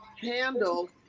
handle